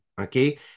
okay